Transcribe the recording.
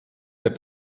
der